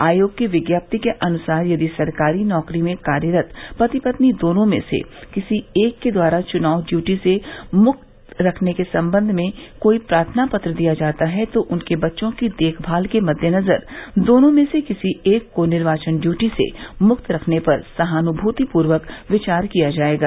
आयोग की विज्ञप्ति के अनुसार यदि सरकारी नौकरी में कार्यरत पति पत्नी दोनों में से किसी एक के द्वारा चुनाव ड्यूटी से मुक्त रखने के संबंध में कोई प्रार्थना पत्र दिया जाता है तो उनके बच्चों की देखभाल के मद्देनजर दोनों में से किसी एक को निर्वाचन ड्यूटी से मुक्त रखने पर सहानुभूतिपूर्वक विचार किया जायेगा